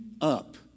up